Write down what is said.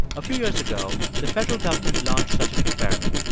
a few years ago, the federal government launched such an experiment.